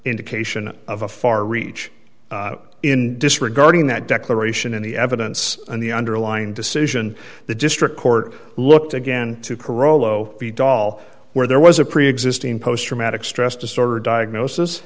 indication of a far reach in disregarding that declaration and the evidence and the underlying decision the district court looked again to carollo the dall where there was a preexisting post traumatic stress disorder diagnosis